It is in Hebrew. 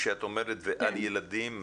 כשאת אומרת "ועל ילדים",